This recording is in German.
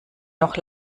noch